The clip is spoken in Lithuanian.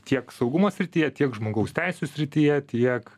tiek saugumo srityje tiek žmogaus teisių srityje tiek